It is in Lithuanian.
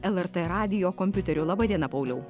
lrt radijo kompiuterio laba diena pauliau